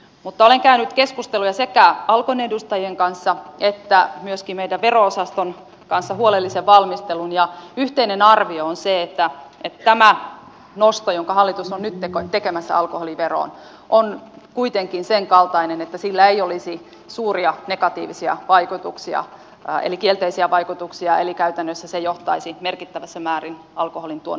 mutta olen käynyt sekä keskusteluja alkon edustajien kanssa että myöskin meidän vero osaston kanssa huolellisen valmistelun ja yhteinen arvio on se että tämä nosto jonka hallitus on nyt tekemässä alkoholiveroon on kuitenkin sen kaltainen että sillä ei olisi suuria negatiivisia vaikutuksia eli kielteisiä vaikutuksia eli käytännössä se ei johtaisi merkittävässä määrin alkoholin tuonnin lisääntymiseen